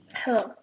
Hello